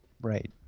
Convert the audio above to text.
Right